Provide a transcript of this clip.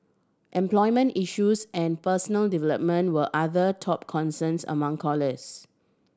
employment issues and personal development were other top concerns among callers